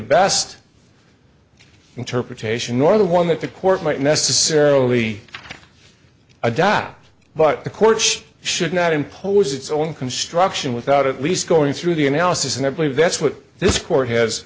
best interpretation or the one that the court might necessarily adopt but the courts should not impose its own construction without at least going through the analysis and i believe that's what this court has